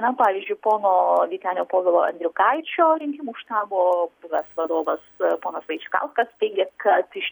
na pavyzdžiui pono vytenio povilo andriukaičio rinkimų štabo buvęs vadovas ponas vaičkauskas teigė kad iš